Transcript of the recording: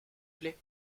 plaît